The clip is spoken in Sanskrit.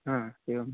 हा एवं